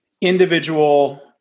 individual